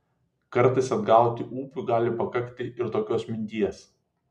kartais atgauti ūpui gali pakakti ir tokios minties